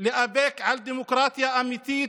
להיאבק על דמוקרטיה אמיתית